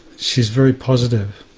she's very positive.